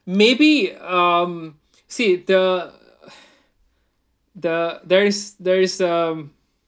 maybe um see the the there is there is um